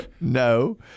No